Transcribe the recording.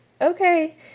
okay